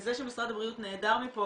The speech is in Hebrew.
וזה שמשרד הבריאות נעדר מפה,